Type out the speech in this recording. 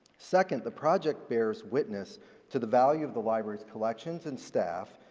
second, the project bears witness to the value of the library's collections and staff,